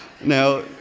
Now